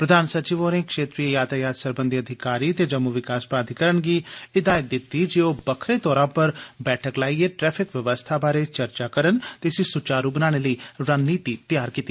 प्रधान सचिव होरें क्षेत्रिय यातायात सरबंघी अधिकारी ते जम्मू विकास प्राधीकरण गी हिदायत दित्ती जे ओ बक्खरे तौर पर बैठक लाइयै ट्रैफिक बवस्था बारे चर्चा करन ते इसी सुचारू बनाने लेई रणनीति तैआर करन